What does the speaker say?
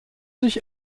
sich